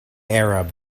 arab